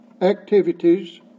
activities